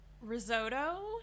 risotto